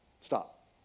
Stop